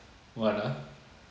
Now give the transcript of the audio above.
vada